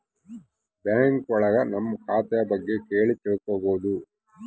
bank ಒಳಗ ನಮ್ ಖಾತೆ ಬಗ್ಗೆ ಕೇಳಿ ತಿಳ್ಕೋಬೋದು